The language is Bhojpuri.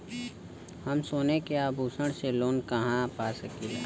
हम सोने के आभूषण से लोन कहा पा सकीला?